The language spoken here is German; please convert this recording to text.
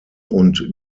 und